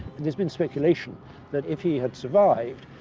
there's been speculation that if he had survived,